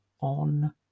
on